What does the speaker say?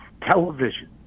television